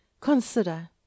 Consider